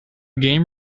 game